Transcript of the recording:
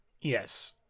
Yes